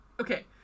okay